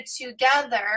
together